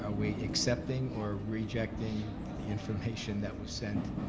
ah we accepting or rejecting the information that was sent